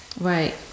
Right